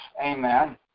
amen